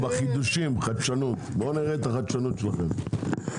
בבקשה, בוא נראה את החדשנות שלכם.